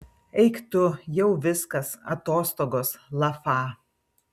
eik tu jau viskas atostogos lafa